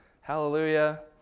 Hallelujah